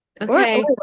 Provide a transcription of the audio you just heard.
okay